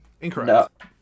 Incorrect